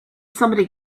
somebody